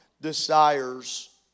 desires